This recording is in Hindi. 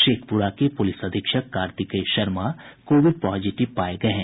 शेखप्रा के पुलिस अधीक्षक कार्तिकेय शर्मा कोविड पॉजिटिव पाये गये हैं